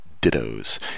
dittos